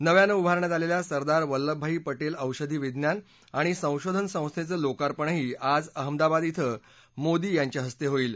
नव्यान उभारण्यात आलेल्या सरदार वल्लभभाई पटेल औषधी विज्ञान आणि संशोधन संस्थेचं लोकार्पणही आज अहमदाबाद िंग मोदी यांच्या हस्ते होईल